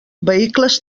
vehicles